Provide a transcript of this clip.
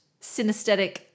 Synesthetic